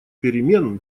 перемен